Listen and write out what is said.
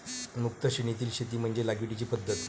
मुक्त श्रेणीतील शेती म्हणजे लागवडीची पद्धत